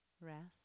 rest